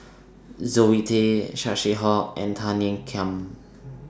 Zoe Tay Saw Swee Hock and Tan Ean Kiam